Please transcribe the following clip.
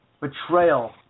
betrayal